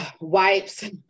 wipes